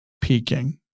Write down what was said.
peaking